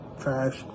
trash